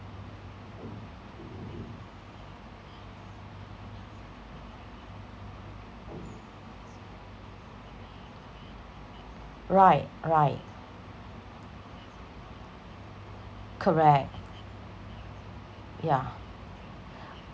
right right correct yeah